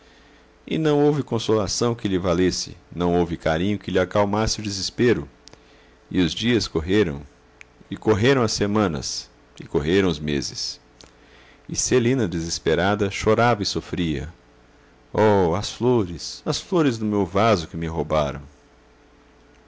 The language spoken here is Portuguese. e não houve consolação que lhe valesse não houve carinho que lhe acalmasse o desespero e os dias correram e correram as semanas e correram os meses e celina desesperada chorava e sofria oh as flores as flores do meu vaso que me roubaram